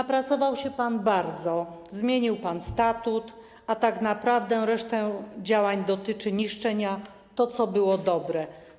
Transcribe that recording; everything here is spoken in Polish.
Napracował się pan bardzo, zmienił pan statut, a tak naprawdę reszta działań dotyczy niszczenia tego, co było dobre.